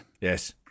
Yes